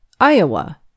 Iowa